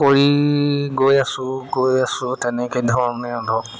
কৰি গৈ আছোঁ গৈ আছোঁ তেনেকে ধৰণে ধৰক